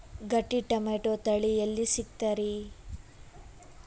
ಗಟ್ಟಿ ಟೊಮೇಟೊ ತಳಿ ಎಲ್ಲಿ ಸಿಗ್ತರಿ?